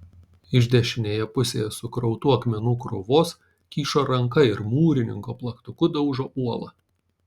iš dešinėje pusėje sukrautų akmenų krūvos kyšo ranka ir mūrininko plaktuku daužo uolą